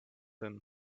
him